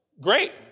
great